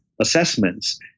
assessments